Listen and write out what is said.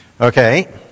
Okay